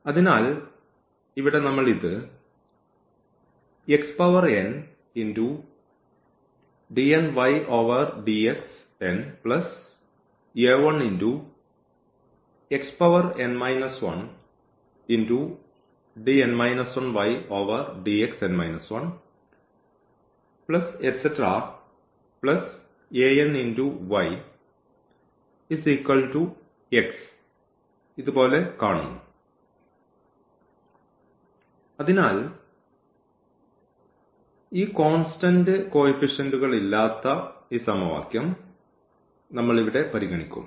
അതിനാൽ ഇവിടെ നമ്മൾ ഇത് ഇത് പോലെ കാണുന്നു അതിനാൽ ഈ കോൺസ്റ്റന്റ് കോയിഫിഷ്യന്റ്കൾ ഇല്ലാത്ത ഈ സമവാക്യം നമ്മൾ ഇവിടെ പരിഗണിക്കും